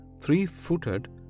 three-footed